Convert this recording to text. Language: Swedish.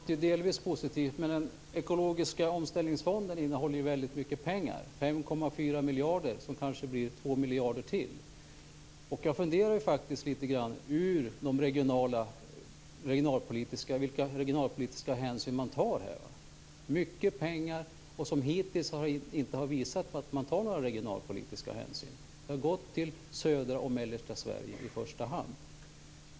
Fru talman! Det är delvis positivt. Men den ekologiska omställningsfonden innehåller ju väldigt mycket pengar, 5,4 miljarder, som kanske blir 2 miljarder till. Jag funderar faktiskt litet grand på vilka regionalpolitiska hänsyn man tar. Det är mycket pengar, och hittills har det inte visat sig att man tar några regionalpolitiska hänsyn. Pengarna har gått till södra och mellersta Sverige i första hand.